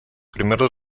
primeros